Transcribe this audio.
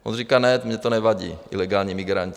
On říká: Ne, mně to nevadí, ilegální migranti.